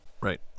Right